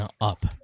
up